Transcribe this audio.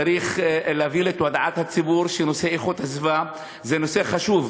צריך להביא לתודעת הציבור שנושא הסביבה זה נושא חשוב.